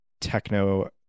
techno